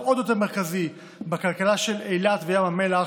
עוד יותר מרכזי בכלכלה של אילת וים המלח,